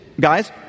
guys